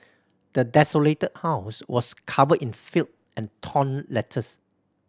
the desolated house was covered in filth and torn letters